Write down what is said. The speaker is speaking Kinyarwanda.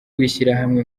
w’ishyirahamwe